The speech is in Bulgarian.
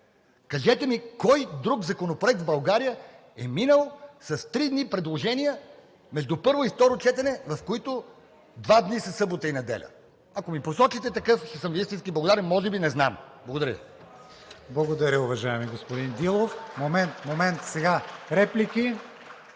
Кажете ми кой друг законопроект в България е минал с три дни за предложения между първо и второ четене, в които два дни са събота и неделя? Ако ми посочите такъв, ще съм Ви истински благодарен, може би не знам! Благодаря